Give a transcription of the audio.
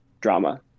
drama